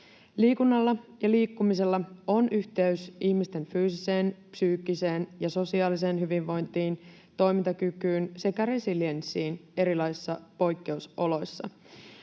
Liikunnalla ja liikkumisella on yhteys ihmisten fyysiseen, psyykkiseen ja sosiaaliseen hyvinvointiin, toimintakykyyn sekä resilienssiin erilaisissa poikkeusoloissa.